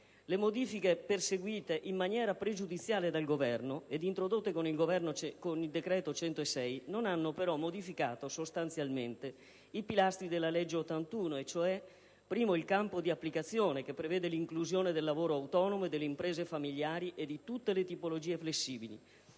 Le modifiche perseguite in maniera pregiudiziale dal Governo ed introdotte con il decreto legislativo n. 106 del 2009 non hanno però modificato sostanzialmente i pilastri del decreto legislativo n. 81: primo, il campo di applicazione che prevede l'inclusione del lavoro autonomo e delle imprese familiari e di tutte le tipologie flessibili;